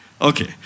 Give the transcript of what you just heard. Okay